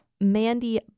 Mandy